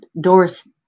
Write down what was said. Doris